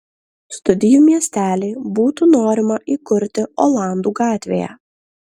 studijų miestelį būtų norima įkurti olandų gatvėje